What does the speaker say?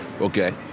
Okay